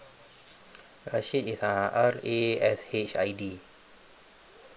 rashid is uh R A S H I D